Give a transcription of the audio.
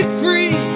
free